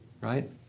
right